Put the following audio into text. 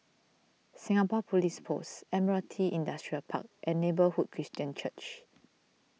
Singapore Police Force Admiralty Industrial Park and Neighbourhood Christian Church